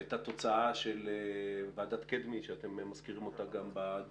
שהיה תוצאה של ועדת קדמי שאתם מזכירים אותה בדוח.